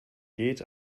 geht